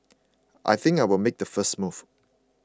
I think I'll make a first move